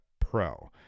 Pro